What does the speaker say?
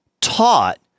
taught